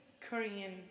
Korean